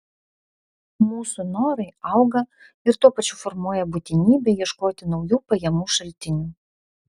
mūsų norai auga ir tuo pačiu formuoja būtinybę ieškoti naujų pajamų šaltinių